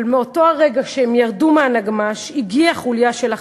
אבל ברגע שהם ירדו מהנגמ"ש הגיעה חוליה של ה"חמאס"